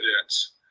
evidence